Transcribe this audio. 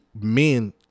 men